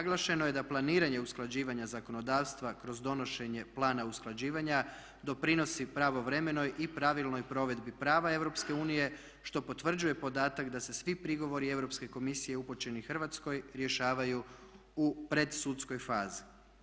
Naglašeno je da planiranje usklađivanja zakonodavstva kroz donošenje plana usklađivanja doprinosi pravovremenoj i pravilnoj provedbi prava Europske unije što potvrđuje podatak da se svi prigovori Europske komisije upućeni Hrvatskoj rješavaju u predsudskoj fazi.